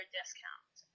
discount